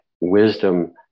wisdom